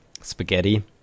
spaghetti